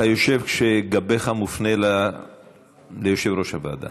אתה יושב כשגבך מופנה ליושב-ראש הוועדה.